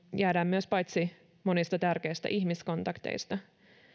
jäädään myös paitsi monista tärkeistä ihmiskontakteista